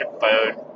phone